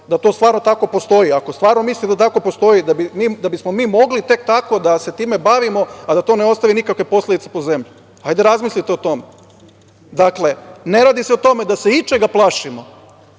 da to stvarno postoji ako stvarno mislite da tako postoji da bismo mi mogli tek tako da se time bavimo, a da to ne ostavi nikakve posledice po zemlju, hajde razmislite o tome. Dakle, ne radi se o tome da se ičega plašimo,